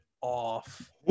off